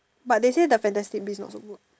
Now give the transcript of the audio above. but they say the fantastic beasts not so good